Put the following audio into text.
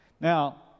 Now